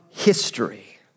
history